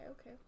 okay